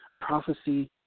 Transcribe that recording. prophecy